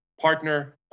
partner